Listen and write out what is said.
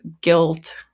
guilt